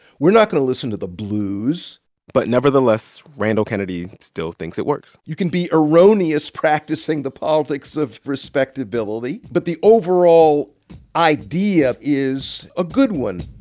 we're not going to listen to the blues but nevertheless, randall kennedy still thinks it works you can be erroneous practicing the politics of respectability, but the overall idea is a good one